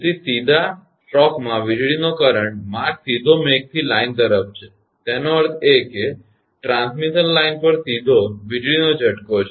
તેથી અને સીધા સ્ટ્રોકમાં વીજળીનો કરંટ માર્ગ સીધો મેઘથી લાઇન તરફ છે તેનો અર્થ એ કે ટ્રાન્સમિશન લાઇન પર સીધો વીજળીનો ઝટકો છે